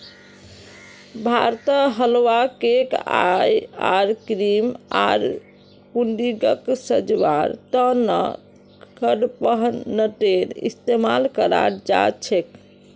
भारतत हलवा, केक आर क्रीम आर पुडिंगक सजव्वार त न कडपहनटेर इस्तमाल कराल जा छेक